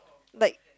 like